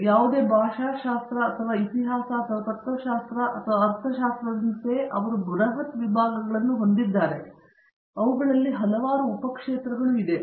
ಮತ್ತು ಯಾವುದೇ ಭಾಷಾಶಾಸ್ತ್ರ ಅಥವಾ ಇತಿಹಾಸ ಅಥವಾ ತತ್ವಶಾಸ್ತ್ರ ಅಥವಾ ಅರ್ಥಶಾಸ್ತ್ರದಂತೆಯೇ ಅವರು ಬೃಹತ್ ವಿಭಾಗಗಳನ್ನು ಹೊಂದಿದ್ದಾರೆ ಅವುಗಳಲ್ಲಿ ಹಲವಾರು ಉಪ ಕ್ಷೇತ್ರಗಳು ಇದೆ